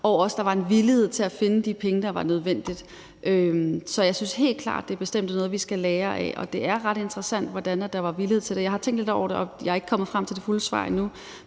var også en villighed til at finde de penge, der var nødvendige. Så jeg synes helt klart, at det bestemt er noget, vi skal lære af. Det er ret interessant, at der var villighed til det. Jeg har tænkt lidt over det, og jeg er ikke kommet frem til det fulde svar endnu.